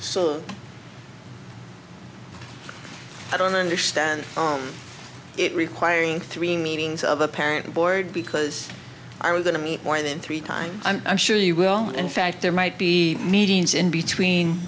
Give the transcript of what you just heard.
so i don't understand it requiring three meetings of a parent board because i was going to meet more than three times i'm sure you will in fact there might be meetings in between